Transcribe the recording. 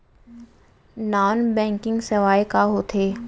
non banking सेवाएं का होथे